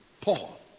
Paul